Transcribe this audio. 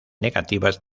negativas